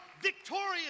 victorious